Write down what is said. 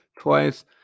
twice